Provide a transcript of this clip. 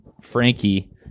Frankie